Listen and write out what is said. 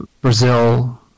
Brazil